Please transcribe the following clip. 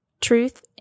Truth